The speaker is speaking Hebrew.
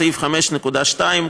סעיף 5.2,